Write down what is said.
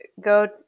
go